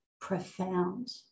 profound